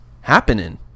Happening